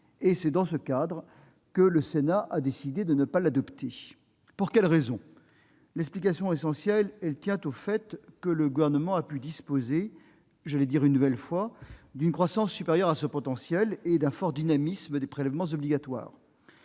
Et c'est dans ce cadre que le Sénat a décidé de ne pas l'adopter. Pour quelles raisons ? L'explication essentielle tient au fait que le Gouvernement a pu disposer, une nouvelle fois, d'une croissance supérieure à son potentiel et d'un fort dynamisme des prélèvements obligatoires,